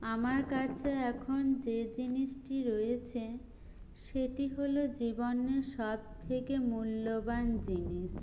আমার কাছে এখন যে জিনিসটি রয়েছে সেটি হল জীবনের সবথেকে মূল্যবান জিনিস